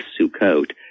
Sukkot